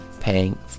paying